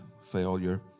failure